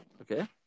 Okay